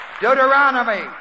Deuteronomy